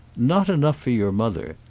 not enough for your mother!